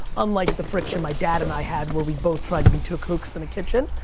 unlike, the friction my dad and i had where we both tried to be two cooks in a kitchen.